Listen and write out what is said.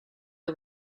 the